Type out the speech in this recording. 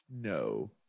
No